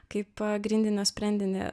kaip pagrindinį sprendinį